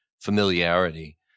familiarity